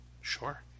Sure